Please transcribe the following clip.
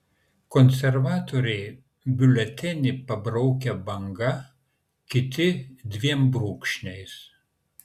konservatoriai biuletenį pabraukia banga kiti dviem brūkšniais